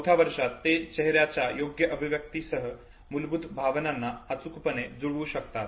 चौथ्या वर्षात ते चेहर्याच्या योग्य अभिव्यक्तीसह मूलभूत भावनांना अचूकपणे जुळवू शकतात